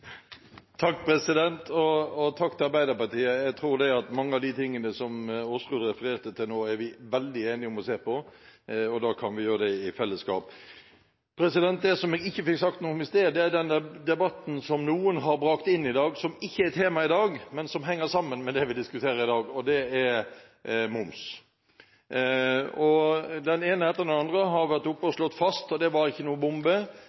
Takk, president! Og takk til Arbeiderpartiet. Jeg tror mange av de tingene som Aasrud refererte til nå, er vi veldig enige om å se på. Da kan vi gjøre det i fellesskap. Det som jeg ikke fikk sagt noe om i sted, er den debatten som noen har brakt inn i dag, og som ikke er tema i dag, men som henger sammen med det vi diskuterer, og det er moms. Den ene etter den andre har vært her oppe og slått fast, og det var ikke noen bombe,